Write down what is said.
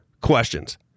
questions